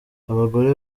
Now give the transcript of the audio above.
abagore